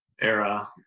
era